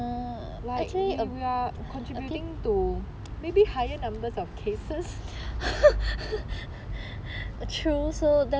like we are contributing to maybe higher numbers of cases